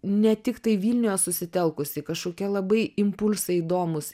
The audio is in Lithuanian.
ne tiktai vilniuje susitelkusi kažkokia labai impulsai įdomūs